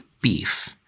beef